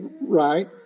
right